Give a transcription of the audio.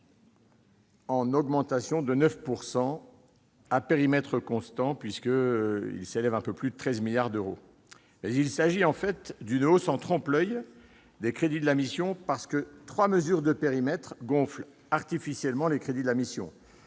durables » de 9 % à périmètre courant, à un peu plus de 13 milliards d'euros. Il s'agit en fait d'une hausse en trompe-l'oeil des crédits de la mission, car trois mesures de périmètre gonflent artificiellement les crédits de la mission